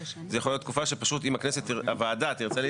זה יכול להיות תקופה של חגים,